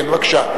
כן, בבקשה.